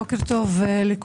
בוקר טוב לכולם,